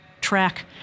track